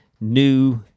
new